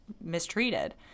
mistreated